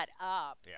up